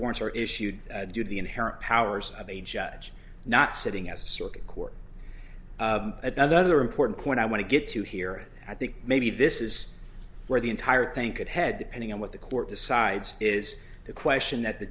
warrants were issued due to the inherent powers of a judge not sitting as a circuit court at another important point i want to get to hear it i think maybe this is where the entire thing could head depending on what the court decides is the question that the